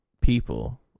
people